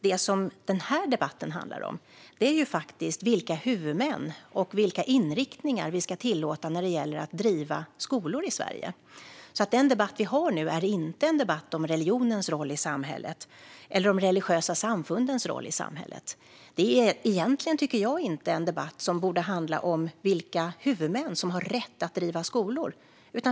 Det denna debatt handlar om är vilka huvudmän och vilka inriktningar vi ska tillåta när det gäller att driva skolor i Sverige. Den debatt vi nu har är alltså inte en debatt om religionens roll i samhället eller om de religiösa samfundens roll i samhället. Detta är egentligen inte en debatt som borde handla om vilka huvudmän som har rätt att driva skolor.